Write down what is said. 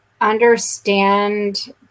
understand